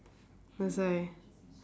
that's why